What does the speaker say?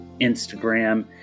Instagram